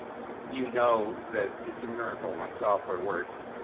you know that it's a miracle when software works.